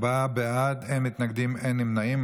ארבעה בעד, אין מתנגדים, אין נמנעים.